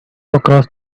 across